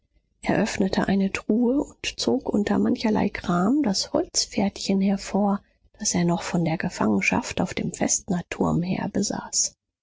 öffnete eine truhe und zog unter mancherlei kram das holzpferdchen hervor das er noch von der gefangenschaft auf dem vestnerturm her besaß